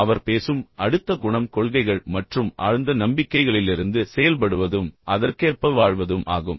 அவர் பேசும் அடுத்த குணம் கொள்கைகள் மற்றும் ஆழ்ந்த நம்பிக்கைகளிலிருந்து செயல்படுவதும் அதற்கேற்ப வாழ்வதும் ஆகும்